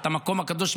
את המקום הקדוש,